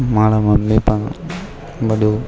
મારા મમ્મી પણ બધું